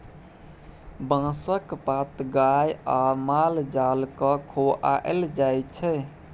बाँसक पात गाए आ माल जाल केँ खुआएल जाइ छै